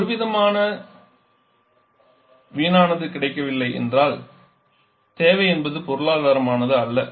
ஒருவித வீணானது கிடைக்கவில்லை என்றால் தேவை என்பது பொருளாதாரமானதல்ல